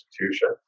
institution